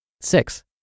Six